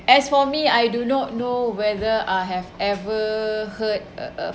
as for me I do not know whether I have ever hurt a a